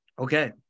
Okay